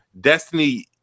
destiny